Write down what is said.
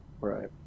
Right